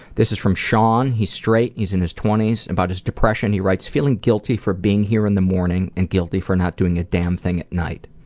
this is from sean, he's straight, he's in his twenty s. about his depression, he writes, feeling guilty for being here in the morning and guilty for not doing a damn thing at night.